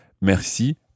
Merci